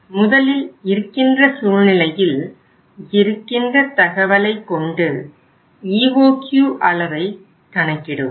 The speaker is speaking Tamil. முதலில் இருக்கின்ற சூழ்நிலையில் இருக்கின்ற தகவலை கொண்டு EOQ அளவை கணக்கிடுவோம்